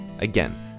Again